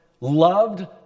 loved